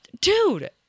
Dude